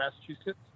Massachusetts